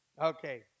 Okay